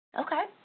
Okay